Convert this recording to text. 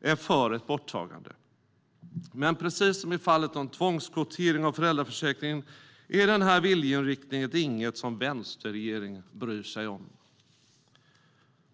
är för ett borttagande. Men precis som i fallet om tvångskvotering av föräldraförsäkringen är den viljeinriktningen inget som vänsterregeringen bryr sig om.